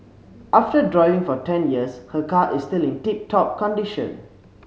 after driving for ten years her car is still in tip top condition